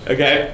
Okay